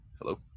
Hello